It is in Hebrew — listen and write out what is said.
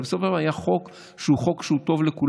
בסופו של דבר היה חוק טוב לכולם,